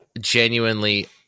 genuinely